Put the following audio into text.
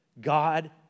God